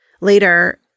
Later